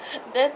then